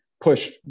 push